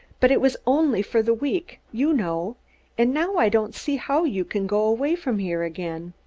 but it was only for the week, you know and now i don't see how you can go away from here again.